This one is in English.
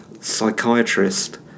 psychiatrist